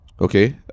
okay